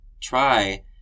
try